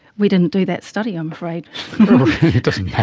we didn't do that study, i'm afraid. it doesn't yeah